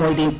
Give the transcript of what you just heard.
Moideen